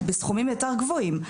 בסכומים יותר גבוהים.